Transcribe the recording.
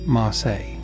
Marseille